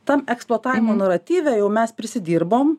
tam eksploatavimo naratyve jau mes prisidirbom